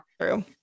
True